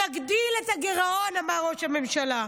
נגדיל את הגירעון, אמר ראש הממשלה.